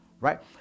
Right